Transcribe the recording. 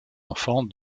enfants